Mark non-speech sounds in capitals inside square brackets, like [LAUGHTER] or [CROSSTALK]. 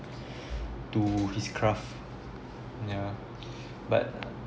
to his craft yeah but [NOISE]